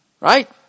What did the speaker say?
right